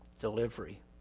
delivery